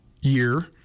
year